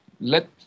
Let